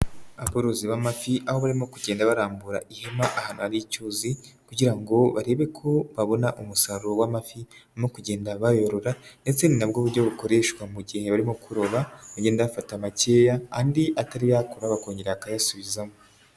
Aborozi b'amafi, aho barimo kugenda barambura ihema ahantu icyuzi kugira ngo barebe ko babona umusaruro w'amafi, barimo kugenda bayorora ndetse ni na bwo buryo bukoreshwa mu gihe barimo kuroba, bagenda bafata amakeya andi atari yatura bakongera bakayasubizamo.